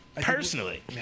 personally